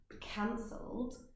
cancelled